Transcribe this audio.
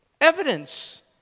Evidence